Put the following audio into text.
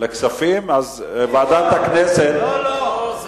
הצעת חוק מוזיאון הכנסת, התש"ע 2010, עברה